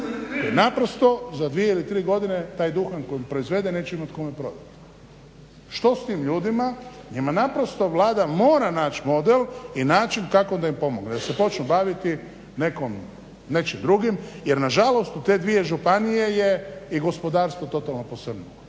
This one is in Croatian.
I naprosto za dvije ili tri godine taj duhan koji proizvede neće imati kome prodati. Što s tim ljudima? Njima naprosto Vlada mora naći model i način kako da im pomogne da se počnu baviti nečim drugim, jer na žalost u te dvije županije je i gospodarstvo totalno posrnulo.